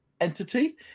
entity